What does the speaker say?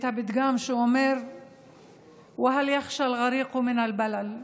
הפתגם שאומר (אומרת בערבית ומתרגמת:)